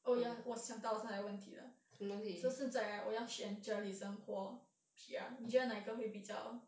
oh ya 我想到刚才的问题了 so 现在 right 我要选 journalism 或 P_R 你觉得哪一个会比较